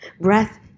Breath